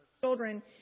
children